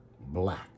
black